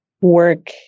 work